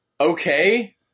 okay